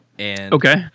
Okay